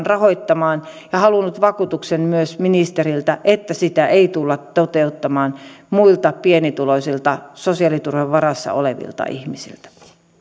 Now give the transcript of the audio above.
rahoittamaan ja myös halunnut vakuutuksen ministeriltä että sitä ei tulla ottamaan muilta pienituloisilta sosiaaliturvan varassa olevilta ihmisiltä